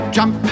Jump